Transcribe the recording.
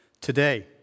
today